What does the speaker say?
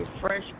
fresh